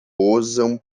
posam